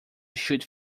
shoot